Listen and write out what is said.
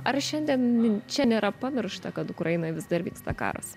ar šiandien čia nėra pamiršta kad ukrainoj vis dar vyksta karas